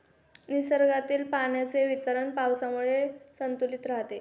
निसर्गातील पाण्याचे वितरण पावसामुळे संतुलित राहते